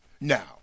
Now